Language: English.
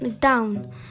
down